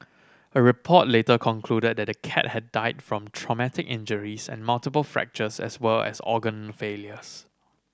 a report later concluded that the cat had died from traumatic injuries and multiple fractures as well as organ failures